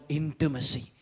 intimacy